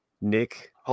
Nick